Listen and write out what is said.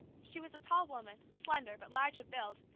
she was a tall woman, slender but large of build,